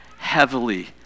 Heavily